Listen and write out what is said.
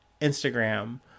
instagram